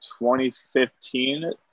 2015